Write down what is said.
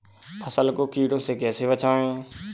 फसल को कीड़ों से कैसे बचाएँ?